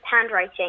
handwriting